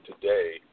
today